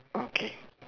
okay